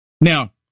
Now